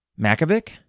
Makovic